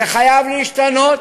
זה חייב להשתנות.